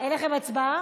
אין לכם הצבעה?